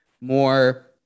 more